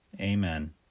Amen